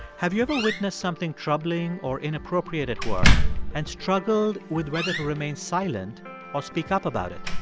have you ever witnessed something troubling or inappropriate at work and struggled with whether to remain silent or speak up about it?